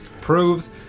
proves